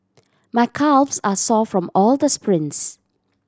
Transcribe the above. my calves are sore from all the sprints